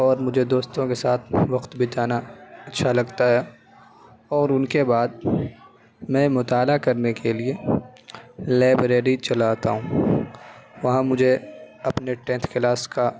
اور مجھے دوستوں کے ساتھ وقت بتانا اچھا لگتا ہے اور ان کے بعد میں مطالعہ کرنے کے لیے لائبریری چلا آتا ہوں وہاں مجھے اپنے ٹینتھ کلاس کا